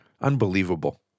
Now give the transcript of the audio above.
Unbelievable